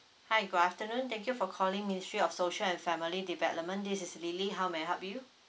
hi good afternoon thank you for calling ministry of social and family development this is lily how may I help you